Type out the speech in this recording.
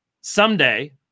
someday